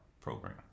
program